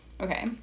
Okay